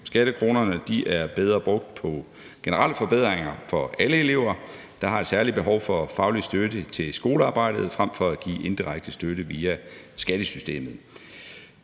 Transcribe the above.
Skattekronerne er bedre brugt på generelle forbedringer for alle elever, der har et særligt behov for faglig støtte til skolearbejdet, frem for at give indirekte støtte via skattesystemet.